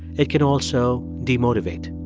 it can also demotivate.